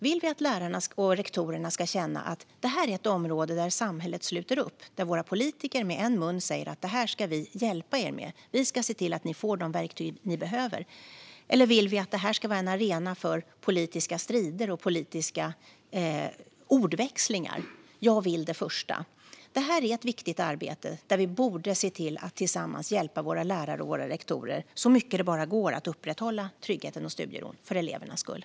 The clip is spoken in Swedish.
Vill vi att lärarna och rektorerna ska känna att det här är ett område där samhället sluter upp, där våra politiker med en mun säger att de ska hjälpa dem? Lärarna och rektorerna ska få de verktyg de behöver. Eller vill vi att frågan om hot och våld ska vara en arena för politiska strider och ordväxlingar? Jag vill det första. Arbetet är viktigt, och vi borde se till att tillsammans hjälpa våra lärare och rektorer så mycket det bara går att upprätthålla tryggheten och studieron - för elevernas skull.